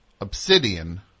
Obsidian